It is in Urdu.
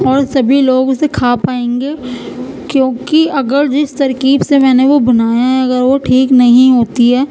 اور سبھی لوگ اسے کھا پائیں گے کیوںکہ اگر جس ترکیب سے میں نے وہ بنایا ہے اگر وہ ٹھیک نہیں ہوتی ہے